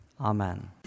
Amen